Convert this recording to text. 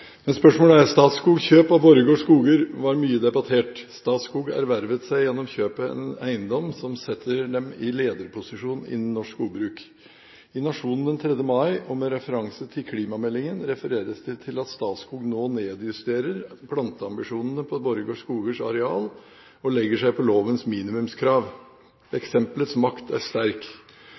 Men spørsmålet er: «Statskogs kjøp av Borregaard Skoger var mye debattert. Statskog ervervet seg gjennom kjøpet en eiendom som setter dem i lederposisjon innen norsk skogbruk. I Nationen den 3. mai og med referanse til klimameldingen refereres det til at Statskog nå nedjusterer planteambisjonene på Borregaard Skogers areal og legger seg på lovens minimumskrav. Eksempelets makt er sterk.